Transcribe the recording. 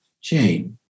chain